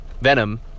Venom